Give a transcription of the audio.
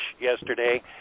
yesterday